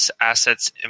assets